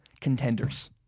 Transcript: contenders